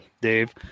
Dave